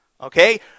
okay